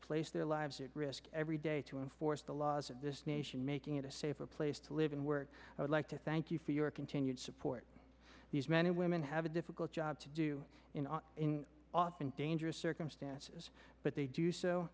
place their lives at risk every day to enforce the laws of this nation making it a safer place to live and work i would like to thank you for your continued support these men and women have a difficult job to do you not in often dangerous circumstances but they do s